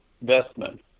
investment